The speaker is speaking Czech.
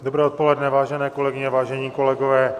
Dobré odpoledne, vážené kolegyně, vážení kolegové.